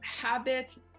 habits